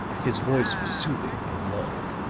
his voice was soothing and low.